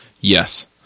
Yes